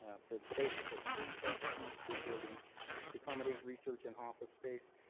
ah for the space at the c f t two building to accommodate research and office space.